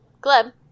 Gleb